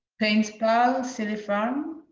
paint pal silly farm,